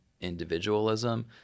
individualism